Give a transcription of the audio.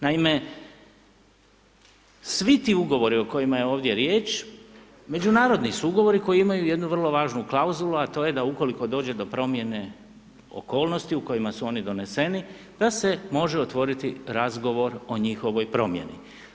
Naime, svi ti ugovori o kojima je ovdje riječ, međunarodni su ugovori koji imaju jednu vrlo važni klauzulu, a to je da ukoliko dođe do promjene okolnosti u kojima su oni doneseni, da se može otvoriti razgovor o njihovoj promjeni.